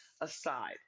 aside